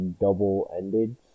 double-ended